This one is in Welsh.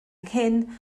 nghyn